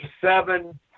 seven